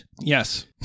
Yes